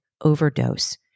overdose